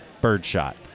birdshot